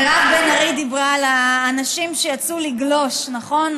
מירב בן ארי דיברה על האנשים שיצאו לגלוש, נכון?